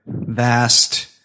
vast